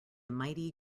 mighty